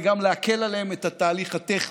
וגם להקל עליהם את התהליך הטכני.